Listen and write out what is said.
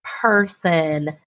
person